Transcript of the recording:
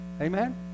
Amen